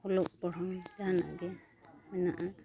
ᱚᱞᱚᱜ ᱯᱚᱲᱦᱚᱱ ᱡᱟᱦᱟᱱᱟᱜ ᱜᱮ ᱢᱮᱱᱟᱜᱼᱟ